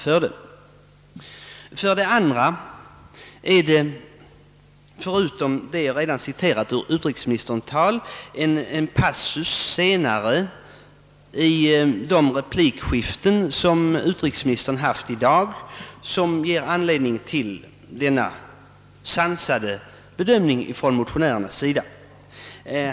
Förutom det redan citerade avsnittet ur utrikesministerns tal är det en passus i en replik av utrikesministern i dag som ger anledning till denna sansade bedömning från motionärernas sida.